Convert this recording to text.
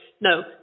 no